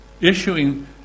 issuing